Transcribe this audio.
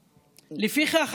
לפיכך,